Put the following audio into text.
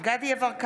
דסטה גדי יברקן,